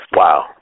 wow